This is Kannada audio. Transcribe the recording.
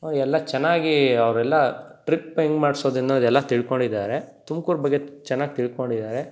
ನಮಗೆಲ್ಲ ಚೆನ್ನಾಗಿ ಅವರೆಲ್ಲ ಟ್ರಿಪ್ ಹೆಂಗ್ ಮಾಡ್ಸೋದು ಅನ್ನೋದೆಲ್ಲ ತಿಳ್ಕೊಂಡಿದ್ದಾರೆ ತುಮಕೂರು ಬಗ್ಗೆ ಚೆನ್ನಾಗಿ ತಿಳ್ಕೊಂಡಿದ್ದಾರೆ